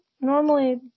normally